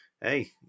hey